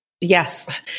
Yes